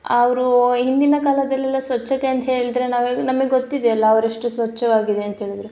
ಅವರು ಹಿಂದಿನ ಕಾಲದಲ್ಲೆಲ್ಲ ಸ್ವಚ್ಛತೆ ಅಂತ ಹೇಳಿದ್ರೆ ನಾವು ನಮಗೆ ಗೊತ್ತಿದೆಯಲ್ಲ ಅವ್ರು ಎಷ್ಟು ಸ್ವಚ್ಛವಾಗಿದೆ ಅಂಥೇಳಿದ್ರೆ